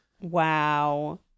Wow